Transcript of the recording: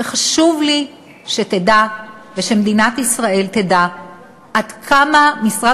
וחשוב לי שתדע ושמדינת ישראל תדע עד כמה משרד